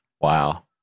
Wow